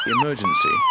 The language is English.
Emergency